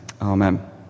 Amen